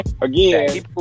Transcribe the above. Again